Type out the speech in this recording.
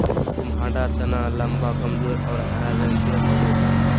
कुम्हाडा तना लम्बा, कमजोर और हरा रंग के होवो हइ